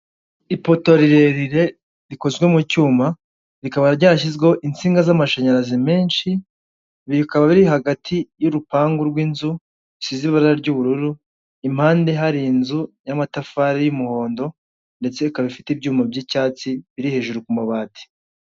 Ipoto rirerire rikozwe mu cyuma, rikaba ryashyizweho itsinga z'amashanyarazi menshi, bikaba biri hagati y'urupangu rw'inzu rusize ibara ry'ubururu impande hari inzu y'amatafari y'umuhondo ndetse ikaba ifite ibyuma by'icyatsi biri hejuru ku mabati.